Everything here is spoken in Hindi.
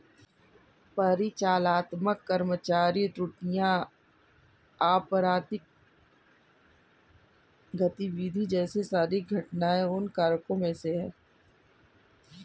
परिचालनात्मक कर्मचारी त्रुटियां, आपराधिक गतिविधि जैसे शारीरिक घटनाएं उन कारकों में से है